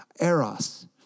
Eros